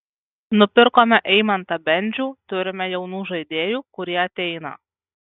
nupirkome eimantą bendžių turime jaunų žaidėjų kurie ateina